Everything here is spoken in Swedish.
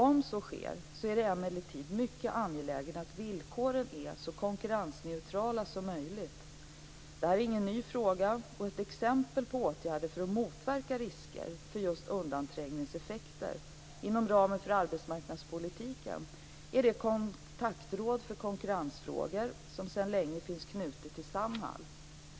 Om så sker är det emellertid mycket angeläget att villkoren är så konkurrensneutrala som möjligt. Det här är ingen ny fråga, och ett exempel på åtgärder för att motverka risker för undanträngningseffekter inom ramen för arbetsmarknadspolitiken är det kontaktråd för konkurrensfrågor som sedan länge finns knutet till Samhall.